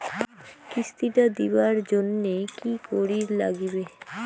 কিস্তি টা দিবার জন্যে কি করির লাগিবে?